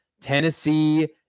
Tennessee